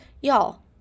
Y'all